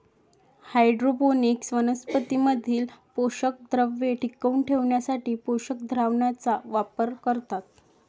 hydroponics वनस्पतीं मधील पोषकद्रव्ये टिकवून ठेवण्यासाठी पोषक द्रावणाचा वापर करतात